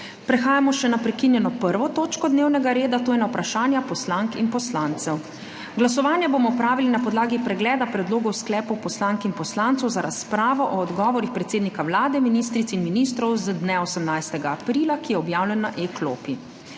Prehajamo naprekinjeno 1. točko dnevnega reda, to je na Vprašanja poslank in poslancev. Glasovanje bomo opravili na podlagi pregleda predlogov sklepov poslank in poslancev za razpravo o odgovorih predsednika Vlade, ministric in ministrov z dne 18. aprila, ki je objavljen na e-klopi.